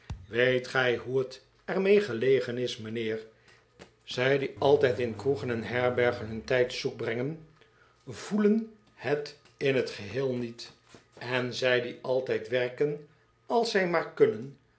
weet gij hoe het er mee gelegen is mijnheer zij die aftijd in kroegen en herbergen hun tijd zoek brengen voelen het in t geheel niet en zij die altijd werken als zij maar kunnen